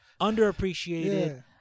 Underappreciated